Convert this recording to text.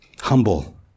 humble